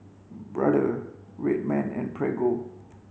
Brother Red Man and Prego